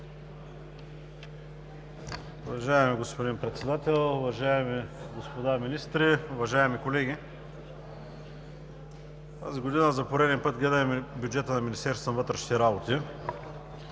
Уважаеми господин Председател, уважаеми господа министри, уважаеми колеги! Тази година за пореден път гледаме бюджета на Министерството на вътрешните работи